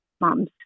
mom's